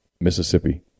Mississippi